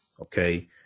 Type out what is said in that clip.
okay